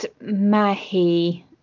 mahi